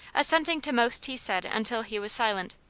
assenting to most he said until he was silent.